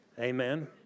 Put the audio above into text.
Amen